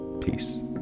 Peace